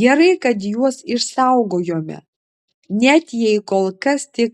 gerai kad juos išsaugojome net jei kol kas tik